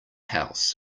house